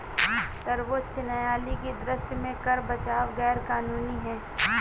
सर्वोच्च न्यायालय की दृष्टि में कर बचाव गैर कानूनी है